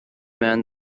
man